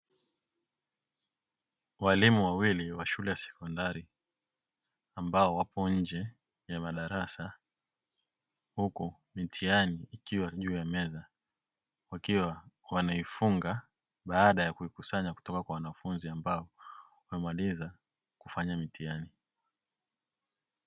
Walimu wawili wa shule ya sekondari ambao wapo nje ya madarasa, huku mitihani ikiwa juu ya meza wakiwa wanaifunga baada ya kuikusanya kutoka kwa wanafunzi ambao wamemaliza kufanya mitihani.